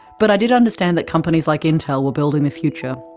but i did understand that companies like intel were building the future,